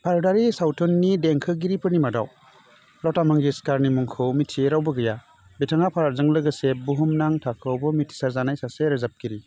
भारतारि सावथुननि देंखोगिरिफोरनि मादाव लटा मंगेशकरनि मुंखौ मिथियै रावबो गैया बिथाङा भारतजों लोगोसे बुहुमनां थाखोआवबो मिथिसार जानाय सासे रोजाबगिरि